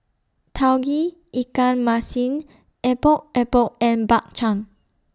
Tauge Ikan Masin Epok Epok and Bak Chang